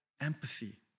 empathy